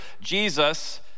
Jesus